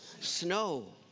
snow